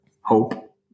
hope